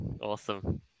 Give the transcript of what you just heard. awesome